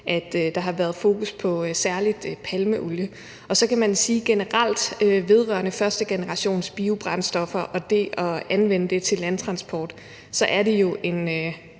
at der har været fokus på særlig palmeolie. Så kan man sige, at det vedrørende førstegenerationsbiobrændstoffer og det at anvende det til landtransport jo generelt er en